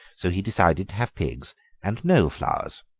so he decided to have pigs and no flowers.